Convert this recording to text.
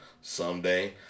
someday